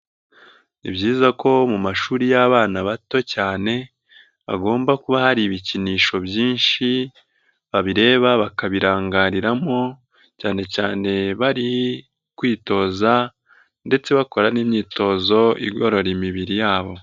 Ni byiza ko mu mashuri y'abana bato cyane hagomba kuba hari ibikinisho byinshi babireba bakabirangariramo cyane cyane bari kwitoza ndetse bakora n'imyitozo igorora imibiri yabo.